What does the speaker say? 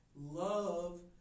love